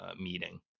meeting